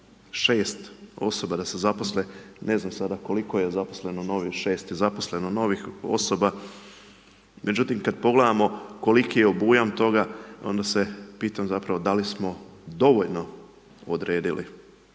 6 osoba da se zaposle, ne znam sada koliko je zaposleno, novih 6 je zaposleno novih osoba. Međutim, kada pogledamo koliki je obujam toga, onda se pitam zapravo da li smo dovoljno odredili,